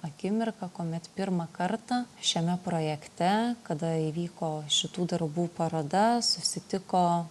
akimirka kuomet pirmą kartą šiame projekte kada įvyko šitų darbų paroda susitiko